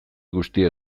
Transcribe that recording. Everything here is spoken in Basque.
guztia